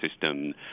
system